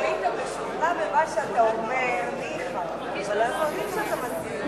אדוני, לרשותך